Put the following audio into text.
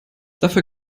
dafür